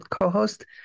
co-host